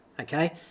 okay